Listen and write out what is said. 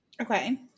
Okay